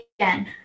again